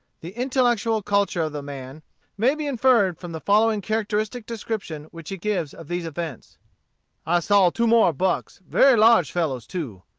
the intellectual culture of the man may be inferred from the following characteristic description which he gives of these events i saw two more bucks, very large fellows too.